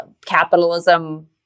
capitalism